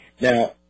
Now